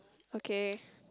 okay